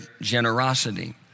generosity